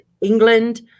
England